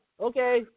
Okay